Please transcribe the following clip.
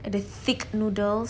the thick noodles